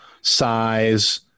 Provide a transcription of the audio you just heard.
size